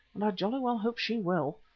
and i jolly well hope she will.